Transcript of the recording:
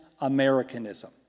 Americanism